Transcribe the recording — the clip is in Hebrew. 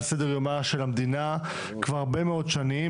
סדר יומה של המדינה כבר הרבה מאוד שנים,